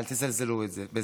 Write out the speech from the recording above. אל תזלזלו בזה.